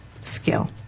skill